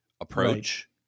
approach